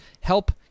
Help